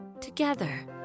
together